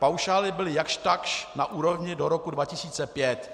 Paušály byly jakžtakž na úrovni do roku 2005.